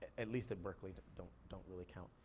at least at berkeley don't don't really count.